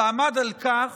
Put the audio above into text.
ועמד על כך